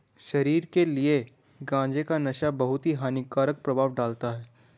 शरीर के लिए गांजे का नशा बहुत ही हानिकारक प्रभाव डालता है